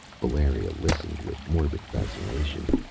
valeria listened with morbid fascination.